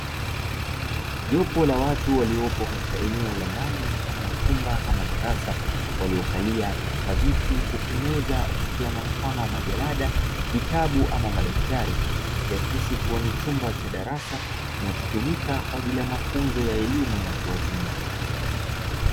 Jopo la watu waliopo katika eneo la ndani mfano wa chumba ama darasa waliokalia katika viti, huku meza zikiwa na mfano majalada, vitabu ama madaftari, ikiakisi kuwa ni chumba cha darasa kinachotumika kwa ajili ya mafunzo ya elimu ya watu wazima.